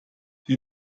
die